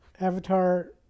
Avatar